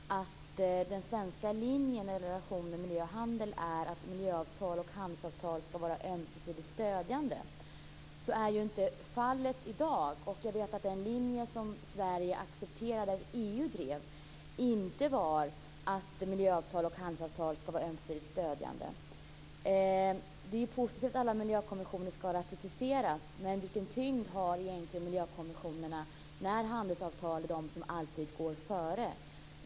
Fru talman! Jag har två frågor. Den ena frågan rör miljö och handel. Den svenska linjen när det gäller relationen miljö och handel är att miljöavtal och handelsavtal ska vara ömsesidigt stödjande. Så är inte fallet i dag. Jag vet att den linje Sverige accepterade att EU skulle driva inte var att miljöavtal och handelsavtal skulle vara ömsesidigt stödjande. Det är positivt att alla miljökonventioner ska ratificeras, men vilken tyngd har egentligen miljökonventionerna när handelsavtal alltid går före?